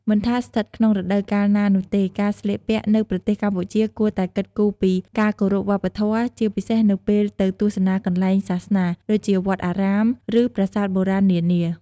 មិនថាស្ថិតក្នុងរដូវកាលណានោះទេ ការស្លៀកពាក់នៅប្រទេសកម្ពុជាគួរតែគិតគូរពី ការគោរពវប្បធម៌ ជាពិសេសនៅពេលទៅទស្សនាកន្លែងសាសនា ដូចជាវត្តអារាម ឬប្រាសាទបុរាណនានា។